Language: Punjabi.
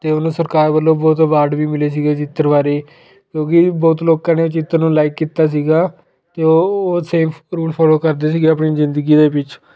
ਅਤੇ ਉਹਨੂੰ ਸਰਕਾਰ ਵੱਲੋਂ ਬਹੁਤ ਅਵਾਰਡ ਵੀ ਮਿਲੇ ਸੀਗੇ ਚਿੱਤਰ ਬਾਰੇ ਕਿਉਂਕਿ ਬਹੁਤ ਲੋਕਾਂ ਨੇ ਉਹ ਚਿੱਤਰ ਨੂੰ ਲਾਈਕ ਕੀਤਾ ਸੀਗਾ ਅਤੇ ਉਹ ਓ ਸੇਫ ਰੂਲ ਫੋਲੋ ਕਰਦੇ ਸੀਗੇ ਆਪਣੀ ਜ਼ਿੰਦਗੀ ਦੇ ਵਿੱਚ